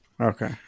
Okay